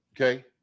okay